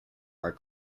are